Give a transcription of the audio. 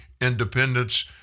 independence